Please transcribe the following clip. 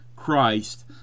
Christ